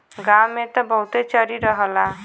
गांव में त बहुते चरी रहला